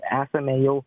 esame jau